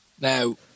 Now